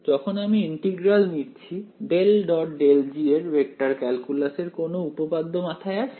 যখন আমি ইন্টিগ্রাল নিচ্ছি ∇·∇ G এর ভেক্টর ক্যালকুলাসের কোন উপপাদ্য মাথায় আসে